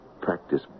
practice